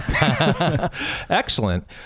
excellent